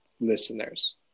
listeners